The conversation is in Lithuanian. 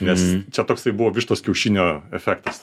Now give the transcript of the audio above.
nes čia toksai buvo vištos kiaušinio efektas